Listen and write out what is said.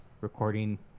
recording